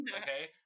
okay